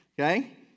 Okay